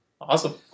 awesome